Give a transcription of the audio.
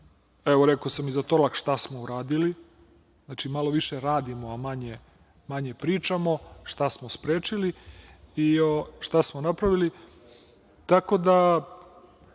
Evo, rekao sam i za Torlak šta smo uradili. Znači, malo više radimo, a manje pričamo. Rekao sam šta smo sprečili i šta smo napravili.